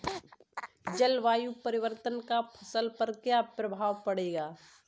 जलवायु परिवर्तन का फसल पर क्या प्रभाव पड़ेगा?